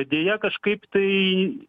deja kažkaip tai